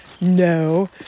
No